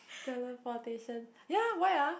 teleportation ya why ah